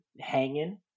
hanging